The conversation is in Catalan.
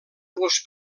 los